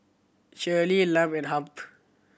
Shaylee Lum and Hamp